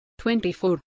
24